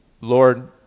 Lord